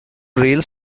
rail